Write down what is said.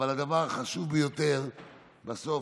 אבל הדבר החשוב ביותר בסוף,